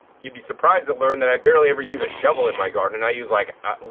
you'll be surprised to learn that i barely ever use a shovel in my garden. and i use like a,